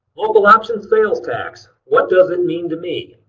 local option sales tax. what does it mean to me?